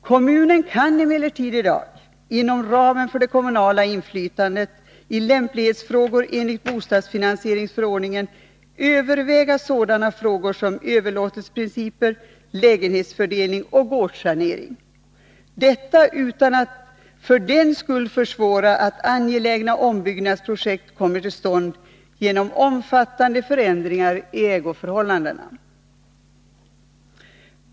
Kommunen kan emellertid redan i dag, inom ramen för det kommunala inflytandet i lämplighetsfrågor enligt bostadsfinansieringsförordningen, överväga sådana frågor som överlåtelsepriser, lägenhetsfördelning och gårdssanering— utan att för den skull försvåra att angelägna ombyggnadsprojekt kommer till stånd genom omfattande förändringar i ägoförhållandena.